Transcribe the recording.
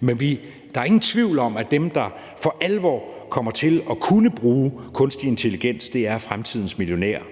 men der er ingen tvivl om, at dem, der for alvor kommer til at kunne bruge kunstig intelligens, er fremtidens millionærer.